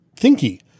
thinky